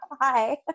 hi